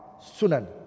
Sunan